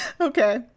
Okay